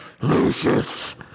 Lucius